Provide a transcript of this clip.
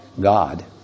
God